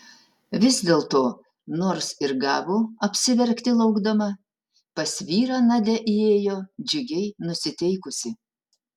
vis dėlto nors ir gavo apsiverkti laukdama pas vyrą nadia įėjo džiugiai nusiteikusi